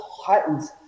Heightens